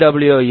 W